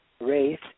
Race